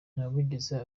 ntawigeze